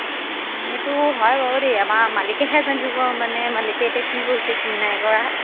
সেইটো হয় বাউ দেই আমাৰ মালিকেহে জানিব মানে মালিকে এতিয়া কি কৰিছে কি নাই কৰা